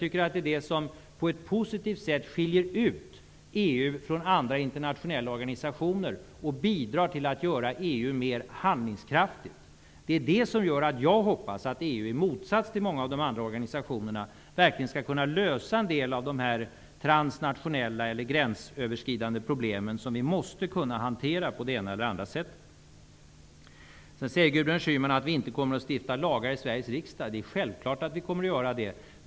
Detta skiljer på ett positivt sätt ut EU från andra internationella organisationer och bidrar till att göra EU mer handlingskraftig. Det gör att jag hoppas att EU i motsats till många av de andra organisationerna verkligen skall kunna lösa en del av de transnationella eller gränsöverskridande problem som vi måste kunna hantera på det ena eller andra sättet. Gudrun Schyman säger att vi inte kommer att stifta lagar i Sveriges riksdag. Det är självklart att vi kommer att göra det.